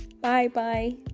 Bye-bye